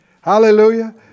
Hallelujah